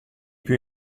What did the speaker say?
più